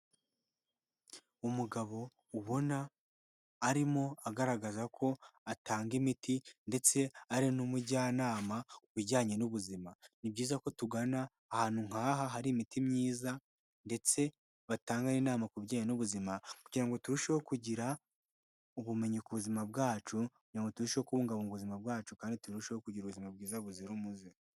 Umugabo ubona arimo agaragaza ko atanga imiti ndetse ari n'umujyanama kubijyanye n'ubuzima. Ni byiza ko tugana ahantu nk'aha hari imiti myiza ndetse batanga n'inama ku bijyanye n'ubuzima kugira ngo turusheho kugira ubumenyi ku buzima bwacu, kugira ngo turusheho kubungabunga ubuzima bwacu kandi turusheho kugira ubuzima bwiza buzira umuze.